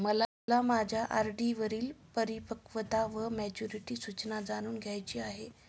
मला माझ्या आर.डी वरील परिपक्वता वा मॅच्युरिटी सूचना जाणून घ्यायची आहे